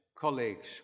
colleagues